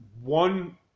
one